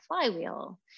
flywheel